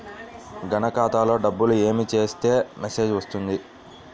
మన ఖాతాలో డబ్బులు ఏమి చేస్తే మెసేజ్ వస్తుంది?